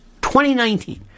2019